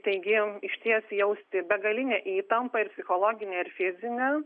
taigi išties jausti begalinę įtampą ir psichologinę ir fizinę